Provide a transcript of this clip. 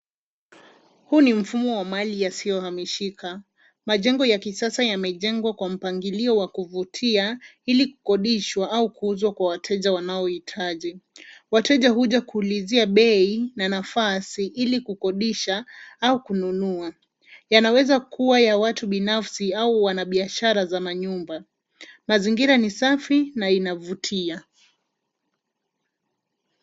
Huu ni mfumo wa mali yasiyohamishika. Majengo ya kisasa yamejengwa kwa mpangilio wa kuvutia ili kukodishwa au kuuzwa kwa wateja wanaohitaji. Wateja huja kuulizia bei na nafasi ili kukodisha au kununua. Yanaweza kuwa ya watu binafsi au wafanyabiashara za manyumba. Mazingira ni safi na inavutia.